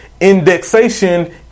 indexation